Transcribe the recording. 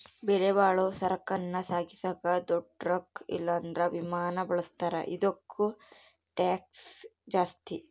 ಬೆಲೆಬಾಳೋ ಸರಕನ್ನ ಸಾಗಿಸಾಕ ದೊಡ್ ಟ್ರಕ್ ಇಲ್ಲಂದ್ರ ವಿಮಾನಾನ ಬಳುಸ್ತಾರ, ಇದುಕ್ಕ ಟ್ಯಾಕ್ಷ್ ಜಾಸ್ತಿ